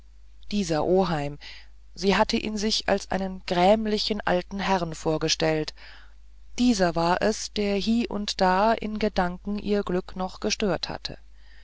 dieser oheim sie hatte sich ihn als einen grämlichen alten herrn vorgestellt dieser war es der hie und da in gedanken ihr glück noch gestört hatte